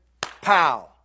pow